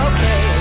Okay